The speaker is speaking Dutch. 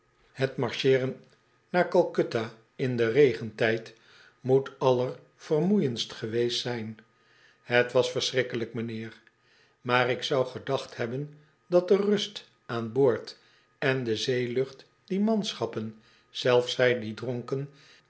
het marcheeren naar calcutta in den regentijd moet allervermoeiendst gewcestzijn het was verschrikkelijk m'nheer maar ik zou gedacht hebben dat de rust aan boord en de zeelucht die manschappen zelfs zij die dronken